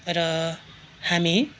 र हामी